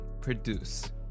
produce